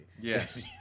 Yes